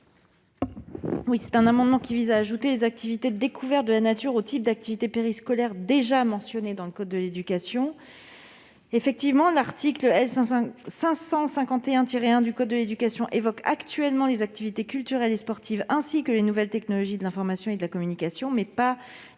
? Cet amendement vise à introduire les activités de découverte de la nature parmi les activités périscolaires déjà mentionnées dans le code de l'éducation. L'article L. 551-1 de ce code évoque actuellement les activités culturelles et sportives, ainsi que les nouvelles technologies de l'information et de la communication, mais non